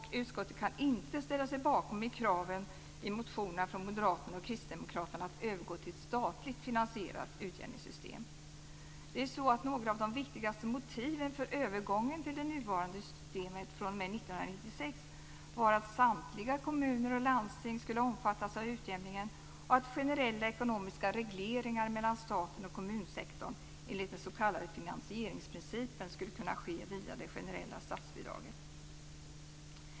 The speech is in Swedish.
Utskottet kan inte ställa sig bakom kraven i motionerna från Moderaterna och Kristdemokraterna att övergå till ett statligt finansierat utjämningssystem. Några av de viktigaste motiven för övergången till det nuvarande systemet fr.o.m. 1996 var att samtliga kommuner och landsting skulle omfattas av utjämningen och att generella ekonomiska regleringar mellan staten och kommunsektorn enligt den s.k. finansieringsprincipen skulle kunna ske via det generella statsbidraget.